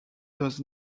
does